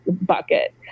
bucket